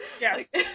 Yes